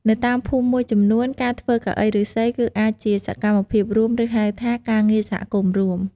នៅតាមភូមិមួយចំនួន ការធ្វើកៅអីឫស្សី គឺអាចជាសកម្មភាពរួម ឬហៅថា ការងារសហគមន៍រួម។